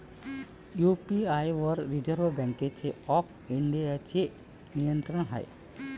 UPI वर reserve bank of इंडियाचे नियंत्रण आहे